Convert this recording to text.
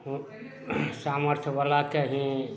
हूँ सामर्थ्य बलाके ही